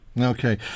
Okay